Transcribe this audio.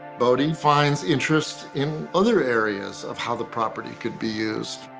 boddy finds interest in other areas of how the property could be used,